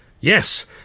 Yes